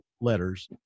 letters